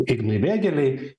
ignui vėgėlei